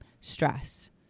stress